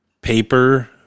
paper